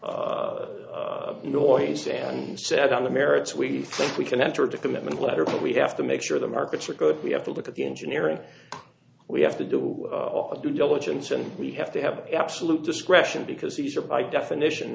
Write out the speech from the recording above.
noise and said on the merits we think we can enter the commitment letter but we have to make sure the markets are good we have to look at the engineering we have to do the due diligence and we have to have absolute discretion because these are by definition